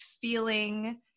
feeling